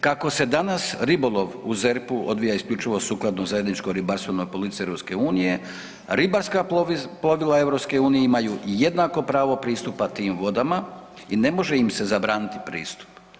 Kako se danas ribolov u ZERP-u odvija isključivo sukladno zajedničkoj ribarstvenoj politici EU, ribarska plovila EU imaju jednako pravo pristupa tim vodama i ne može im se zabraniti pristup.